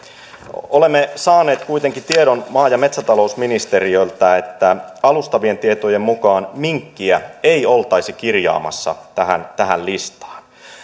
olemme saaneet kuitenkin tiedon maa ja metsätalousministeriöltä että alustavien tietojen mukaan minkkiä ei oltaisi kirjaamassa tähän tähän listaan